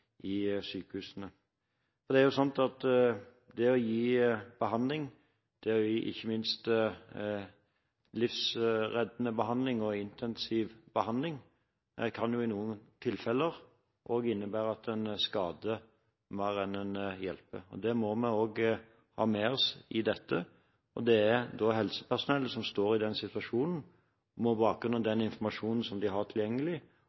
i sykehusene. Det å gi behandling, det å gi ikke minst livreddende behandling og intensiv behandling, kan i noen tilfeller innebære at en skader mer enn en hjelper. Det må vi også ha med oss i dette. Det er helsepersonell som står i den situasjonen, på bakgrunn av den informasjonen som de har tilgjengelig,